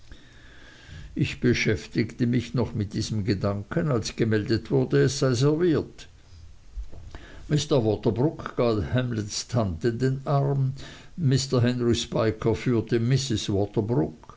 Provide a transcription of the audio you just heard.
ich beschäftigte mich noch mit diesem gedanken als gemeldet wurde es sei serviert mr waterbroock gab hamlets tante den arm mr henry spiker führte